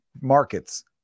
markets